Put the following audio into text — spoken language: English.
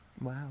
Wow